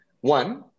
One